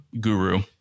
guru